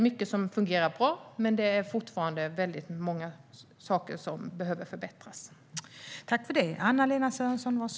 Mycket fungerar bra, men det finns fortfarande många saker som behöver förbättras.